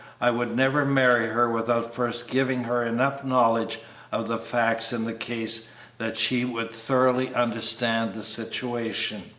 i would never marry her without first giving her enough knowledge of the facts in the case that she would thoroughly understand the situation.